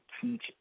teach